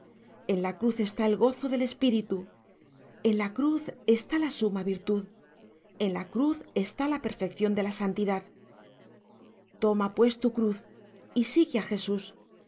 en la cruz está el gozo del espíritu en la cruz está la suma virtud en la cruz está la perfección de la santidad toma pues tu cruz y sigue a jesús